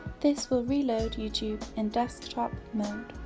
this will reload youtube in desktop mode.